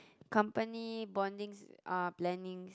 company bondings uh plannings